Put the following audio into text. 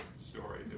story